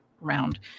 round